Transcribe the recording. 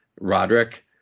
Roderick